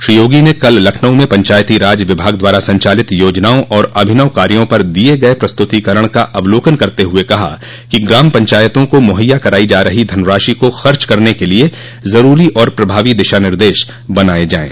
श्री योगी ने कल लखनऊ में पंचायती राज विभाग द्वारा संचालित योजनाओं और अभिनव कार्यो पर दिये गये प्रस्तुतीकरण का अवलोकन करते हुए कहा कि ग्राम पंचायतों को मुहैया करायी जा रही धनॅराशि को खर्च करने के लिए जेरूरी और पभावी दिशा निर्देश बनाये जायें